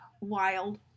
wild